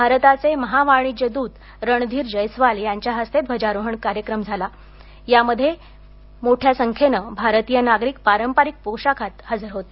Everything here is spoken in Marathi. भारताचे महा वाणिज्य दूत रणधीर जैस्वाल यांच्या हस्ते झालेल्या ध्वजारोहण कार्यक्रमाला मोठ्या संख्येने भारतीय नागरिक पारंपरिक पोषाखात हजर होते